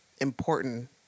important